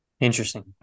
Interesting